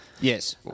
Yes